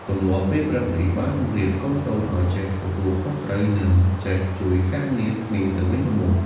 ទម្លាប់ពេលព្រឹកនេះបានបង្រៀនកូនៗឲ្យចេះទទួលខុសត្រូវ និងចេះជួយការងារគ្នាទៅវិញទៅមក។